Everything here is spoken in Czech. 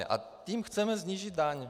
A tím chceme snížit daň.